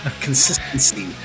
consistency